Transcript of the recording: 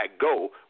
go